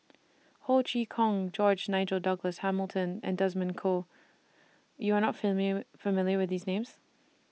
Ho Chee Kong George Nigel Douglas Hamilton and Desmond Kon YOU Are not familiar with These Names